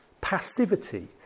passivity